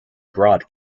broad